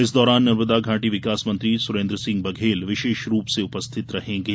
इस दौरान नर्मदा घाटी विकास मंत्री सुरेन्द्र सिंह बघेल विशेष रूप से उपस्थित रहेंगे